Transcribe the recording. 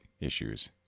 issues